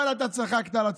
אבל אתה צחקת על הציבור.